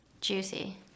Juicy